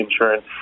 insurance